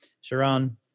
Sharon